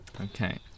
Okay